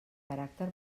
caràcter